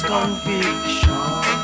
Conviction